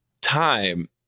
time